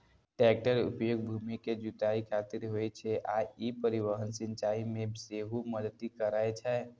टैक्टरक उपयोग भूमि के जुताइ खातिर होइ छै आ ई परिवहन, सिंचाइ मे सेहो मदति करै छै